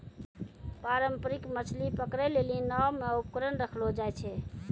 पारंपरिक मछली पकड़ै लेली नांव मे उपकरण रखलो जाय छै